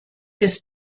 bis